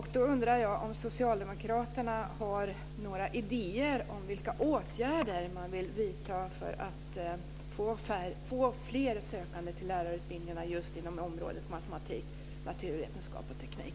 Har socialdemokraterna några idéer om vilka åtgärder man vill vidta för att få fler sökande till lärarutbildningarna just inom området matematik, naturvetenskap och teknik?